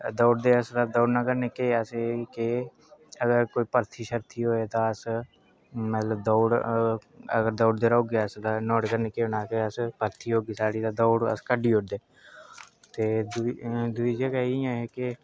दौड़दे अस दौड़ने कन्नै केह् ऐ असेंगी कि अगर कोई भर्थी शर्थी होऐ तां अस मतलब दौड़ अगर दौड़दे रौह्गे अस तां नुहाड़ै कन्नै केह् होना के अस के भर्थी होगी तां दौड़ अस कड्ढी ओड़गे दूई गल्ल इ'यां ऐ के